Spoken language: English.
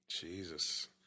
Jesus